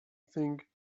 think